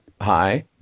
hi